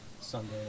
Sunday